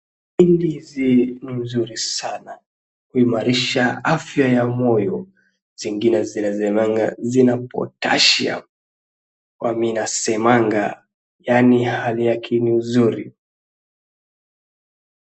Hii ndizi ni nzuri sana. Huimarisha afya ya moyo. Zingine zinasemaga zina potassium . Huwa mimi nasemaga yaani hadhi yake ni nzuri.